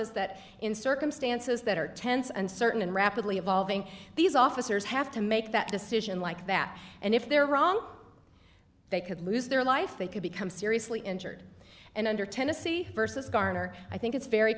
us that in circumstances that are tense and certain and rapidly evolving these officers have to make that decision like that and if they're wrong they could lose their life they could become seriously injured and under tennessee versus garner i think it's very